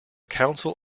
council